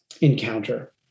encounter